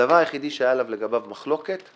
הדבר היחיד שהיה לגביו מחלוקת,